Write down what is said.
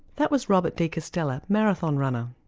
that was robert de castella, marathon runner.